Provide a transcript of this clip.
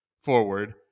forward